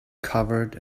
covered